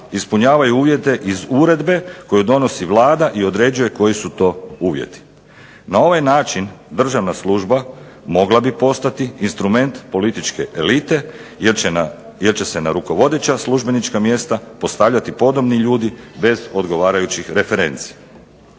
ispunjavaju uvjete iz uredbe koju donosi Vlada i određuje koji su to uvjeti. Na ovaj način državna služba mogla bi postati instrument političke elite jer će se na rukovodeća službenička mjesta postavljati podobni ljudi bez odgovarajućih referenci.